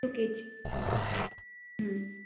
two kg